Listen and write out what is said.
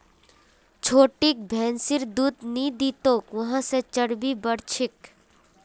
छोटिक भैंसिर दूध नी दी तोक वहा से चर्बी बढ़ छेक